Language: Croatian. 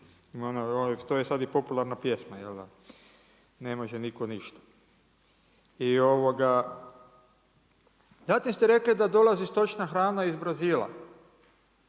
To je sad i popularna pjesma, jel' da ne može nitko ništa. Zatim ste rekli da dolazi stočna hrana iz Brazila